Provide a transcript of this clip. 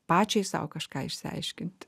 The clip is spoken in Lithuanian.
pačiai sau kažką išsiaiškinti